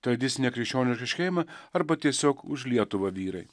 tradicinę krikščionišką šeimą arba tiesiog už lietuvą vyrai